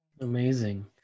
Amazing